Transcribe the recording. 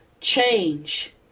change